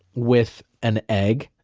with an egg,